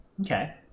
Okay